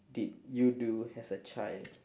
did you do as a child